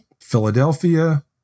Philadelphia